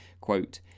quote